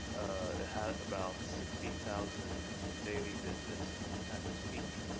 ah had about sixty thousand daily visits at its peak.